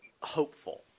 hopeful